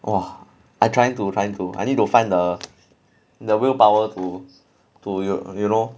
!wah! I trying to trying to I need to find the the willpower to to you you know